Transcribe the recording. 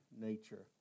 nature